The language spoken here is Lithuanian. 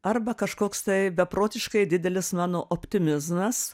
arba kažkoks tai beprotiškai didelis mano optimizmas